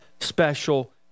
special